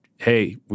Hey